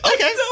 Okay